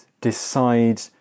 decide